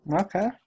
Okay